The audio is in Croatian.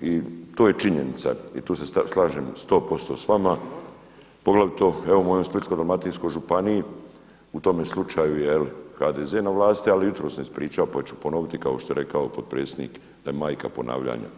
i to je činjenica, i tu se slažem sto posto s vama, poglavito evo u mojoj Splitsko-dalmatinskoj županiji u tom slučaju je HDZ na vlasti ali jutros sam ispričao pa ću ponoviti kao što je rekao potpredsjednik da je majka ponavljanja.